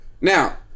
Now